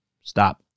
Stop